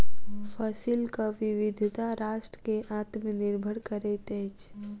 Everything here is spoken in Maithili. फसिलक विविधता राष्ट्र के आत्मनिर्भर करैत अछि